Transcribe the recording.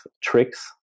tricks